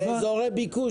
באזורי ביקוש,